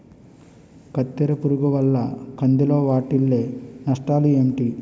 కత్తెర పురుగు వల్ల కంది లో వాటిల్ల నష్టాలు ఏంటి